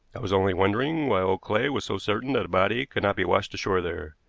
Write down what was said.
i was only wondering why old clay was so certain that a body could not be washed ashore there.